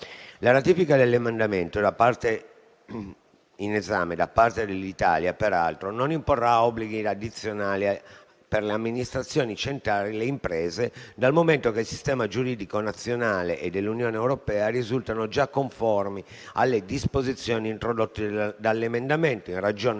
La ratifica dell'emendamento in esame da parte dell'Italia, peraltro, non imporrà obblighi addizionali per le amministrazioni centrali e le imprese, dal momento che il sistema giuridico nazionale e dell'Unione europea risultano già conformi alle disposizioni introdotte da tale emendamento, in ragione